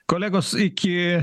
kolegos iki